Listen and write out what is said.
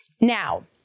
Now